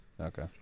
Okay